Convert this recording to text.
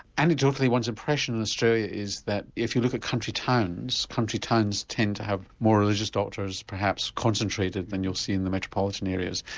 anecdotally one's impression in australia is that if you look at country towns, country towns tend to have more religious doctors perhaps concentrated than you'll see in the metropolitan areas.